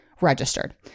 registered